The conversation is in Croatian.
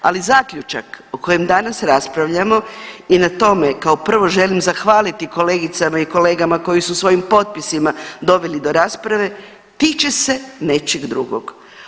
Ali zaključak o kojem danas raspravljamo je na tom, kao prvo želim zahvaliti kolegicama i kolegama koji su svojim potpisima doveli do rasprave, tiče se nečeg drugog.